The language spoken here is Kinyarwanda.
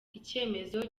icyemezo